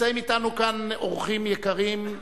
נמצאים אתנו כאן אורחים יקרים,